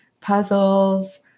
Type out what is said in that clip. puzzles